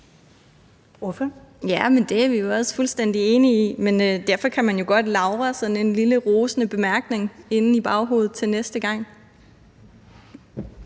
(SF): Ja, men det vi er jo også fuldstændig enige i, men derfor kan man jo godt lagre sådan en lille rosende bemærkning inde i baghovedet til næste gang.